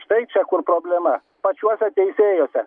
štai čia kur problema pačiuose teisėjuose